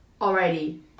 Alrighty